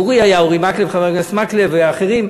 אורי היה, אורי מקלב, חבר הכנסת מקלב ואחרים,